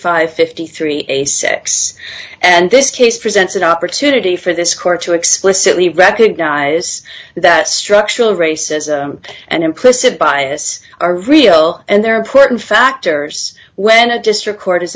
and fifty three a six and this case presents an opportunity for this court to explicitly recognize that structural racism and implicit bias are real and they're important factors when a district court is